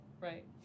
Right